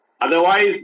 otherwise